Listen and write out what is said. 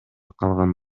калган